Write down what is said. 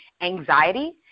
anxiety